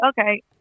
okay